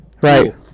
Right